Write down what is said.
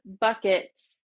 buckets